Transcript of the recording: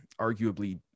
arguably